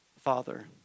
father